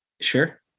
Sure